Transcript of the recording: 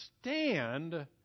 stand